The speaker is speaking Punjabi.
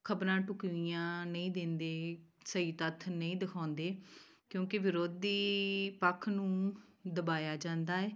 ਖਬਰਾਂ ਢੁੱਕਵੀਆਂ ਨਹੀਂ ਦਿੰਦੇ ਸਹੀ ਤੱਥ ਨਹੀਂ ਦਿਖਾਉਂਦੇ ਕਿਉਂਕਿ ਵਿਰੋਧੀ ਪੱਖ ਨੂੰ ਦਬਾਇਆ ਜਾਂਦਾ ਹੈ